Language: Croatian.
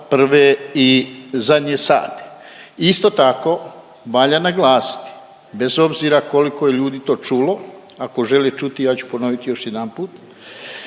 Hvala